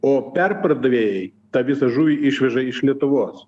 o perpardavėjai tą visą žuvį išveža iš lietuvos